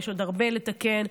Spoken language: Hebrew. יש עוד הרבה לתקן,